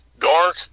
dark